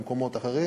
במקומות אחרים,